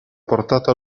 portata